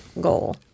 goal